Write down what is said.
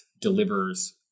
delivers